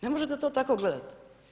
Ne možete to tako gledati.